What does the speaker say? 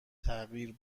تغییر